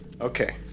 Okay